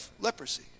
leprosy